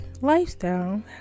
lifestyle